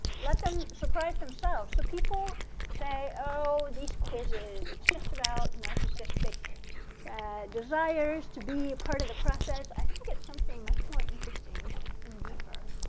let them surprise themselves. so people say, oh, these quizzes, it's just about narcissistic desires to be a part of the process. i think it's something much more interesting and deeper.